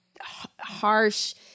harsh